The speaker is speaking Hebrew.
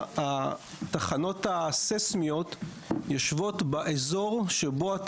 התחנות הסיסמיות יושבות באזור שבו אתה